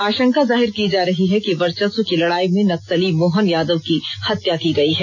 आशंका जाहिर की जा रही है कि वर्चस्व की लड़ाई में नक्सली मोहन यादव की हत्या की गई है